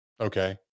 Okay